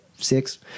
Six